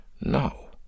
No